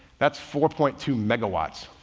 that's four point two megawatts.